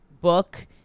book